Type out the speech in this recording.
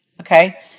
okay